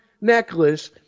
necklace